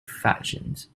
factions